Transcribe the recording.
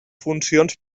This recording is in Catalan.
funcions